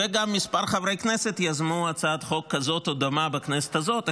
וכמה חברי כנסת גם יזמו הצעת חוק כזאת או דומה בכנסת הזאת,